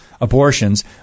abortions